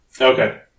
Okay